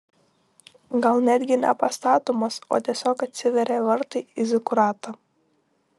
gal netgi ne pastatomas o tiesiog atsiveria vartai į zikuratą